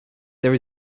there